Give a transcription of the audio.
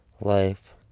life